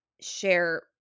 share